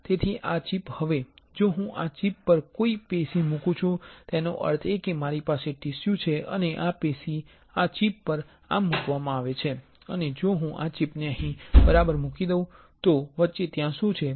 હવે જો હું આ ચિપ પર કોઈ પેશી મૂકું છું તેનો અર્થ એ કે મારી પાસે ટીશ્યુ છે અને આ પેશી આ ચિપ પર આમ મૂકવામાં આવે છે અને જો હું આ ચિપને અહીં બરાબર મૂકી દઉં તો વચ્ચે ત્યાં શું છે